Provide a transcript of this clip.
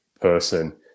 person